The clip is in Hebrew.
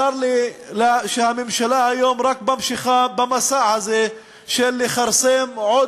צר לי שהממשלה היום רק ממשיכה במסע הזה של לכרסם עוד